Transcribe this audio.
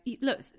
Look